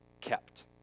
kept